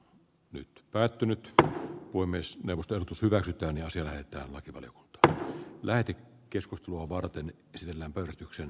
nyt päätynyt voi myös neuvoston pysyväksi työni on sijoittaa näkyvälle tyttö lähti keskustelua varten sillä yrityksen